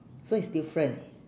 so it's different